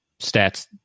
stats